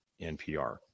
NPR